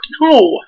No